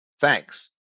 Thanks